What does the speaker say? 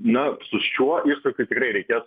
na su šiuo iššūkiu tikrai reikės